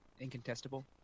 incontestable